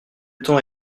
temps